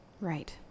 Right